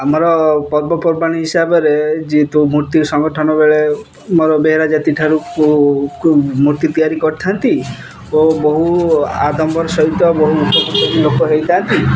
ଆମର ପର୍ବପର୍ବାଣି ହିସାବରେ ଯେହେତୁ ମୂର୍ତ୍ତି ସଂଗଠନ ବେଳେ ମୋର ବେହେରା ଜାତି ଠାରୁ ମୂର୍ତ୍ତି ତିଆରି କରିଥାନ୍ତି ଓ ବହୁ ଆଦମ୍ବର ସହିତ ବହୁ ଉପକୃତ ବି ଲୋକ ହେଇଥାନ୍ତି